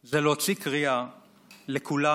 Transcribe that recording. זה להוציא קריאה לכולנו